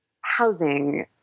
housing